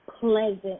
pleasant